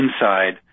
inside